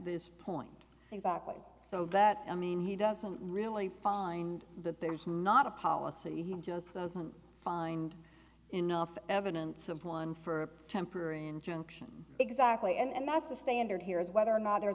this point exactly so that i mean he doesn't really find that there's not a policy he just doesn't find enough evidence of one for a temporary injunction exactly and that's the standard here is whether or not